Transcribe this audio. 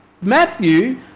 Matthew